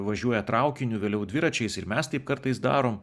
važiuoja traukiniu vėliau dviračiais ir mes taip kartais darom